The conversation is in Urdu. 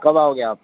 کب آؤ گے آپ